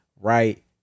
right